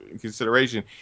consideration